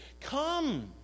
Come